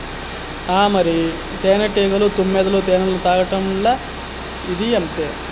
ఆ మరి, తేనెటీగలు, తుమ్మెదలు తేనెను తాగట్లా, ఇదీ అంతే